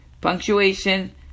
Punctuation